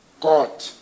God